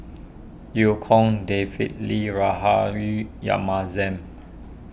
Eu Kong David Lee Rahayu Yamahzam